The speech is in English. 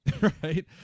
right